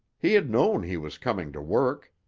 he had known he was coming to work.